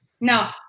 No